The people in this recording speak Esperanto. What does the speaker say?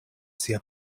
sia